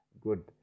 good